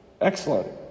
excellent